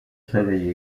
soleil